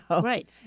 Right